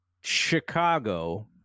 Chicago